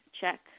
Check